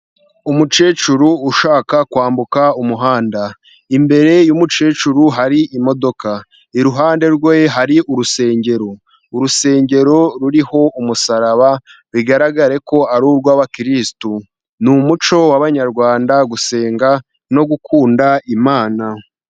Umukecuru ushaka kwambuka umuhanda, imbere y'umukecuru hari imodoka, iruhande rwe hari urusengero, urusengero ruriho umusaraba bigaragare ko ari urw'abakristu. Ni umuco w'abanyarwanda gusenga no gukunda Imana.